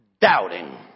doubting